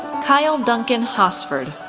kyle duncan hosford,